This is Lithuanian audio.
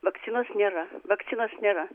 vakcinos nėra vakcinos nėra